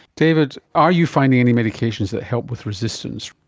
david, are you finding any medications that help with resistance?